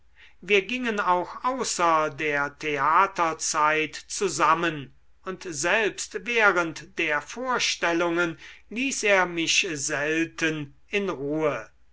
wir gingen auch außer der theaterzeit zusammen und selbst während der vorstellungen ließ er mich selten in ruhe